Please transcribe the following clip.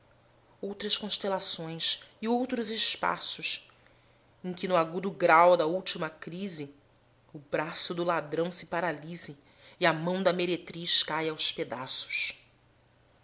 outras constelações e outros espaços em que no agudo grau da última crise o braço do ladrão se paralise e a mão da meretriz caia aos pedaços